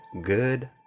good